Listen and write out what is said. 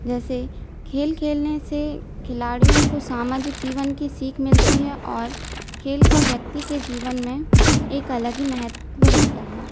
जैसे खेल खेलने से खिलाड़ियों को सामाजिक जीवन की सीख मिलती है और खेल का व्यक्ति का जीवन में एक अलग ही महत्व होता है